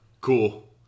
cool